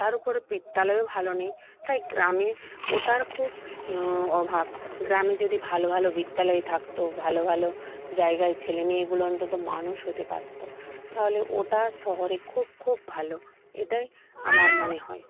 তার উপর বিদ্যালয়ও ভালো নেই তাই গ্রামে ওটার খুব অভাব গ্রামে যদি ভালো ভালো বিদ্যালয় থাকতো ভালো ভালো জায়গায় ছেলেমেয়েগুলো অন্তত মানুষ হতে পারত তাহলে ওটা শহরে খুব খুব ভালো এটাই আমার মনে হয়